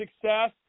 success